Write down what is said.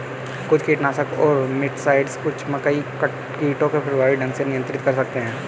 कुछ कीटनाशक और मिटसाइड्स कुछ मकई कीटों को प्रभावी ढंग से नियंत्रित कर सकते हैं